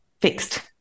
fixed